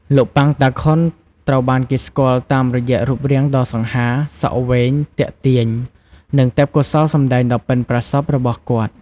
លោក ប៉ាង តាខុន ត្រូវបានគេស្គាល់តាមរយៈរូបរាងដ៏សង្ហា សក់វែង ទាក់ទាញ និងទេពកោសល្យសម្ដែងដ៏ប៉ិនប្រសប់របស់គាត់ ។